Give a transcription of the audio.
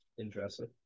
Interesting